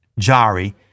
Jari